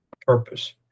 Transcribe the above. purpose